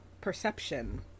perception